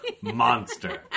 Monster